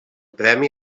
premi